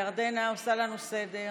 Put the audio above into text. ירדנה עושה לנו סדר.